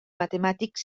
matemàtics